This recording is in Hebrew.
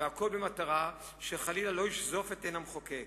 והכול במטרה שחלילה לא תשזוף אותו עין המחוקק.